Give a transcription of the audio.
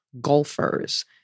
golfers